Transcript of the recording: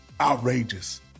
outrageous